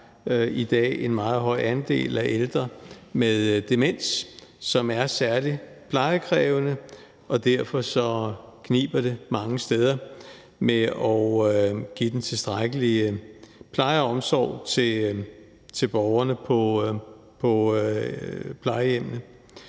i dag en meget høj andel af ældre med demens, som er særligt plejekrævende, og derfor kniber det mange steder med at give den tilstrækkelige pleje og omsorg til borgerne på plejehjemmene.